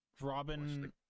Robin